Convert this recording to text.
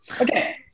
Okay